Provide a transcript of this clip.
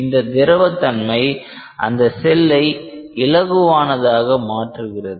இந்த திரவத்தன்மை அந்த செல்லை இலகுவானதாக மாற்றுகிறது